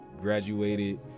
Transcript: graduated